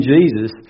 Jesus